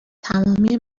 تمامی